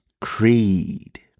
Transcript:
Creed